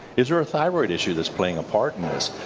is there a thyroid issue that's playing a part in this?